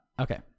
okay